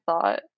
thought